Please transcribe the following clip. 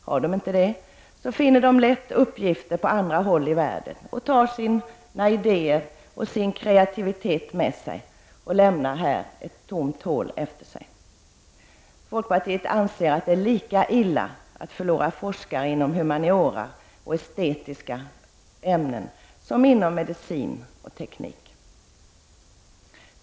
Har de inte det finner de lätt uppgifter på andra håll i världen och tar sina idéer och kreativitet med sig och lämnar här ett tomt hål efter sig. Folkpartiet anser att det är lika illa att förlora forskare inom humaniora och i estetiska ämnen som inom medicin och teknik.